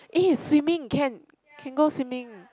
eh swimming can can go swimming